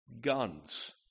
guns